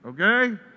okay